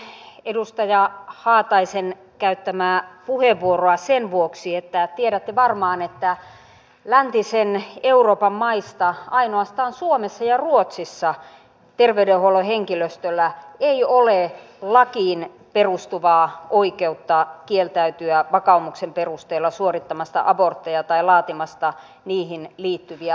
ihmettelen edustaja haataisen käyttämää puheenvuoroa sen vuoksi että tiedätte varmaan että läntisen euroopan maista ainoastaan suomessa ja ruotsissa terveydenhuollon henkilöstöllä ei ole lakiin perustuvaa oikeutta kieltäytyä vakaumuksen perusteella suorittamasta abortteja tai laatimasta niihin liittyviä lausuntoja